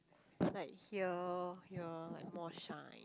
like here here like more shine